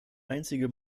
einzige